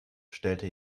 stellte